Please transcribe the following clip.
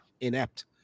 inept